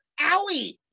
owie